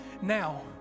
now